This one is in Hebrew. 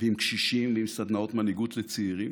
ועם קשישים ובסדנאות מנהיגות לצעירים.